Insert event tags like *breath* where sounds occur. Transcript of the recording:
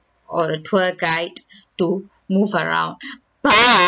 or a tour guide to move around *breath* but